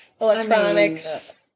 electronics